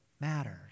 matters